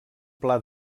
pla